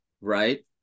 right